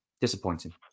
disappointing